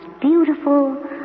beautiful